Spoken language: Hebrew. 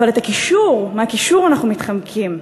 אבל את הקישור, מהקישור אנחנו מתחמקים,